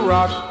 Rock